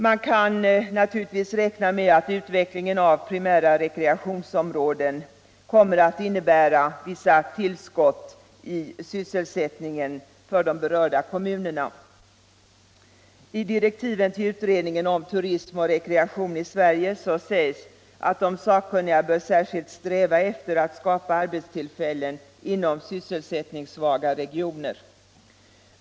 Man kan naturligtvis räkna med att utvecklingen av primära rekreationsområden kommer att innebära vissa tillskott i sysselsättningen för de berörda kommunerna. I direktiven till utredningen om turism och rekreation i Sverige sägs också att de sakkunniga bör särskilt sträva efter att skapa arbetstillfällen inom sysselsättningssvaga regioner.